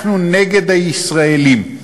אנחנו נגד הישראלים.